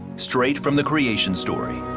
straight from the creation story.